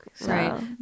Right